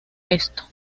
esto